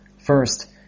First